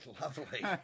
lovely